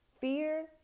fear